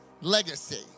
Legacy